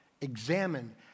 examine